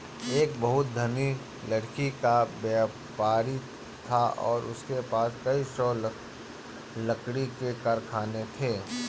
एक बहुत धनी लकड़ी का व्यापारी था और उसके पास कई सौ लकड़ी के कारखाने थे